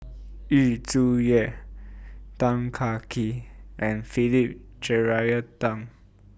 Yu Zhuye Tan Kah Kee and Philip Jeyaretnam